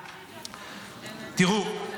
תראו,